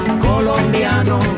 colombiano